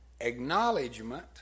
acknowledgement